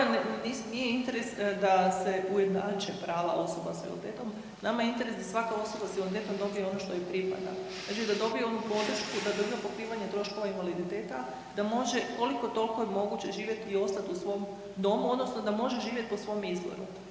nama nije interes da se ujednače prava osoba sa invaliditetom, nama je interes da svaka osoba sa invaliditetom dobije ono što joj pripada, znači da dobiju onu podršku da dobiva pokrivanje troškova invaliditeta da može koliko-toliko je moguće živjeti i ostat u svom domu odnosno da može živjet po svome izboru